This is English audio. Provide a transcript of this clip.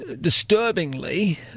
disturbingly